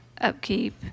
upkeep